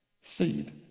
Seed